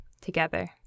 together